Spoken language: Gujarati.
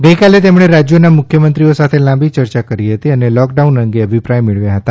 ગઈકાલે તેમણે રાજ્યોના મુખ્યમંત્રીઓ સાથે લાંબી ચર્ચા કરી હતી અને લૉકડાઉન અંગે અભિપ્રાય મેળવ્યા હતા